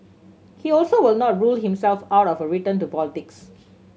he also would not rule himself out of a return to politics